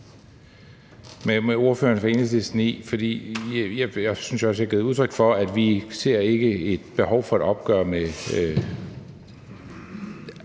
med ordføreren for Enhedslisten i. Jeg synes også, at jeg har givet udtryk for, at vi ikke ser et behov for et opgør med